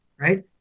right